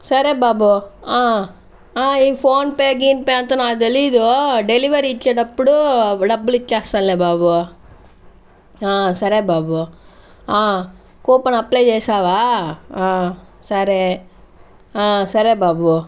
సరే బాబు ఈ ఫోన్ పే గీన్ పే అంతా నాకు తెలీదు డెలివరీ ఇచ్చేటప్పుడు డబ్బులు ఇచ్చేస్తాలే బాబు సరే బాబు కూపన్ అప్లై చేసావా సరే సరే బాబు